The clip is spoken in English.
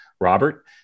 Robert